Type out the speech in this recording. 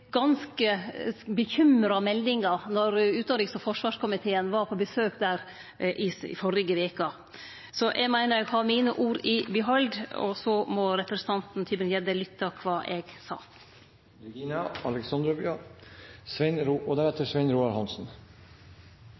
ganske bekymra meldingar då utanriks- og forsvarskomiteen var på besøk i førre veke. Så eg meiner eg har mine ord i behald, og så må representanten Tybring-Gjedde lytte til kva eg sa. Nordområdene er Norges viktigste utenrikspolitiske interesseområde, og